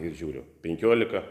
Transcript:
ir žiūriu penkiolika